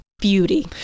beauty